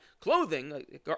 clothing